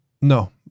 No